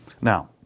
Now